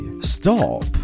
stop